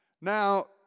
Now